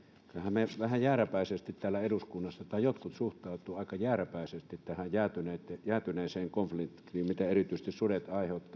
me vähän jääräpäisesti täällä eduskunnassa suhtaudumme tai jotkut suhtautuvat aika jääräpäisesti tähän jäätyneeseen jäätyneeseen konfliktiin mitä erityisesti sudet aiheuttavat minä